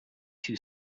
two